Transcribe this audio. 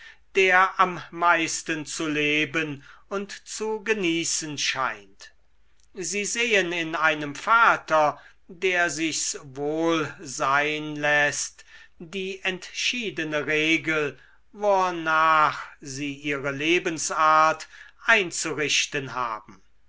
der am meisten zu leben und zu genießen scheint sie sehen in einem vater der sich's wohl sein läßt die entschiedene regel wornach sie ihre lebensart einzurichten haben